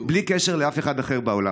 בלי קשר לאף אחד אחר בעולם.